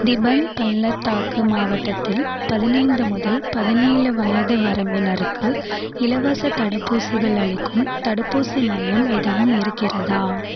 டிபங் பள்ளத்தாக்கு மாவட்டத்தில் பதினைந்து முதல் பதினேழு வயது வரம்பினருக்கு இலவசத் தடுப்பூசிகள் அளிக்கும் தடுப்பூசி மையம் எதுவும் இருக்கிறதா